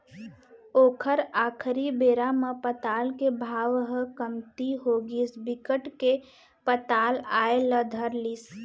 ओखर आखरी बेरा म पताल के भाव ह कमती होगिस बिकट के पताल आए ल धर लिस